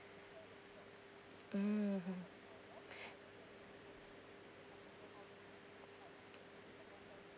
mmhmm